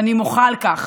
ואני מוחה על כך.